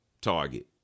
target